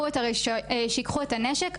שייקחו את הנשק,